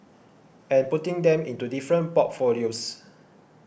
and putting them into different portfolios